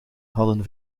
hadden